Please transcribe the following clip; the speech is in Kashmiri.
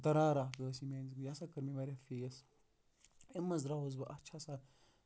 اکھ دَرار ٲسۍ یہِ میٲنہِ زندگی یہِ ہسا کٔر مےٚ واریاہ فیس اَمہِ منٛز دراوُس بہٕ اَتھ چھِ آسان